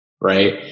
right